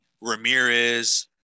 Ramirez